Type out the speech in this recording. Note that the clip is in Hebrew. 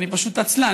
אני פשוט עצלן,